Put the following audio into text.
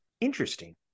Interesting